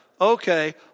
Okay